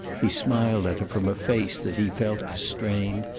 he smiled at her from a face that he felt as strained,